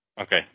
Okay